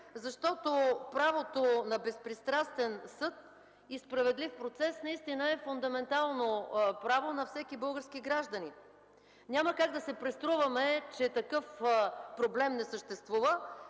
защото правото на безпристрастен съд и справедлив процес наистина е фундаментално право на всеки български гражданин. Няма как да се преструваме, че такъв проблем не съществува.